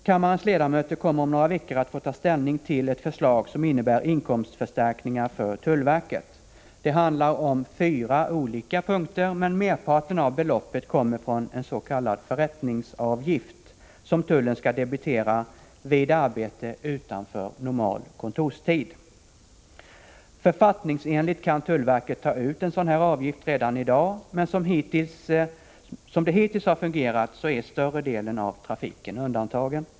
Kammarens ledamöter kommer om några veckor att få ta ställning till ett förslag som innebär inkomstförstärkningar för tullverket. Det handlar om fyra olika punkter, men merparten av beloppet kommer från en s.k. förrättningsavgift som tullen skall debitera vid arbete utanför normal kontorstid. Författningsenligt kan tullverket ta ut en sådan avgift redan i dag, men som det hittills fungerat är större delen av trafiken undantagen.